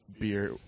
beer